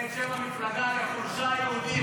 תשנה את שם המפלגה לחולשה יהודית,